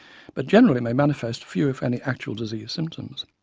but generally may manifest few if any actual disease symptoms.